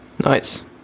Nice